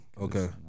Okay